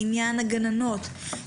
לעניין הקב"סים,